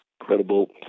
incredible